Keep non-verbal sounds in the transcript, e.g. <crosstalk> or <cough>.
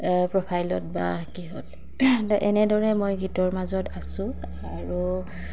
প্ৰফাইলত বা কিহঁত <unintelligible> এনেদৰে মই গীতৰ মাজত আছো আৰু